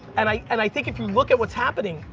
and i and i think if you look at what's happening,